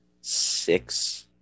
six